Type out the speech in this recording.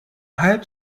halb